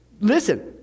listen